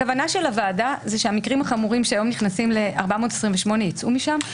הכוונה של הוועדה היא שהמקרים החמורים שהיום נכנסים ל-428 יצאו משם?